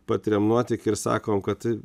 patiriam nuotykį ir sakom kad